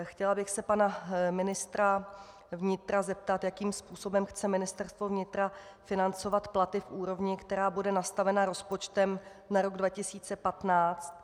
Chtěla bych se pana ministra vnitra zeptat, jakým způsobem chce Ministerstvo vnitra financovat platy v úrovni, která bude nastavena rozpočtem na rok 2015.